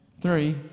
three